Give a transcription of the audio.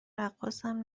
رقاصم